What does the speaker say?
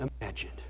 imagine